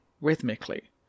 rhythmically